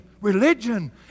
religion